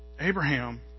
Abraham